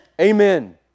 Amen